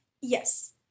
yes